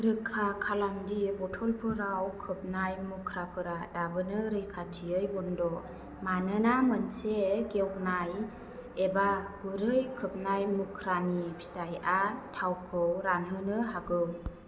रोखा खालामदि बटलफोराव खोबनाय मुख्राफोरा दाबोनो रैखाथियै बन्द' मानोना मोनसे गेवनाय एबा गुरै खोबनाय मुख्रानि फिथाइआ थावखौ रानहोनो हागौ